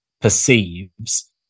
perceives